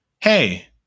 hey